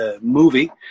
movie